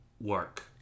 work